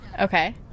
Okay